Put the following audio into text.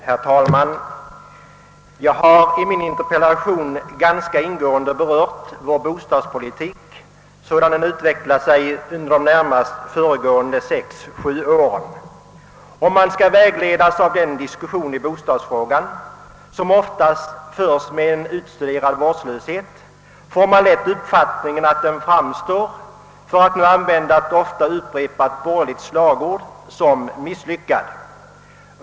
Herr talman! Jag har i min interpellation ganska ingående behandlat vår bostadspolitik sådan den utvecklat sig under de senaste sex—sju åren. Om man låter sig vägledas av den debatt i bostadsfrågan, som ofta förs med en utstuderad vårdslöshet, får man lätt uppfattningen att bostadspolitiken — för att nu använda ett ofta upprepat borgerligt slagord — framstår som misslyckad.